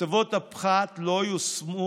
הטבות הפחת לא יושמו